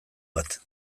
bat